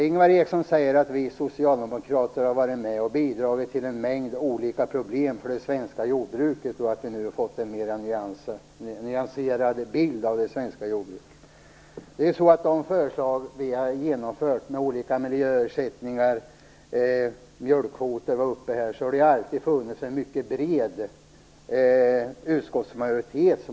Ingvar Ericsson säger att vi socialdemokrater har varit med om att bidra till en mängd olika problem för det svenska jordbruket och att han nu fått en mer nyanserad bild av det svenska jordbruket. Bakom de förslag som vi har genomfört, olika miljöersättningar och mjölkkvoter, har det alltid funnits en mycket bred utskottsmajoritet.